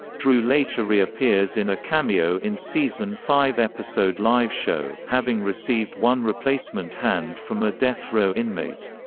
drew later reappears in a cameo in season five episode live show, having received one replacement hand from a death row inmate.